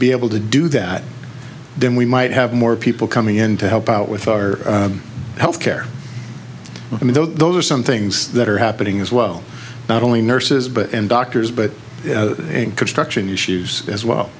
be able to do that then we might have more people coming in to help out with our health care i mean though those are some things that are happening as well not only nurses but doctors but in construction issues as well